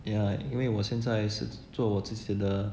yeah 因为我现在是做我自己的